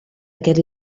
aquest